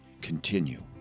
Continue